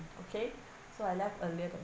okay so I left earlier